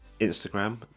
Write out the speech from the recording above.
instagram